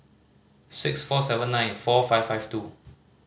six four seven nine four five five two